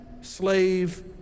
slave